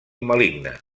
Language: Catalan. maligne